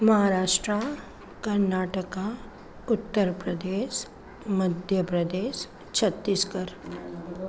Maharashtra Karnataka Uttar Pradesh Madhya Pradesh Chhattisgarh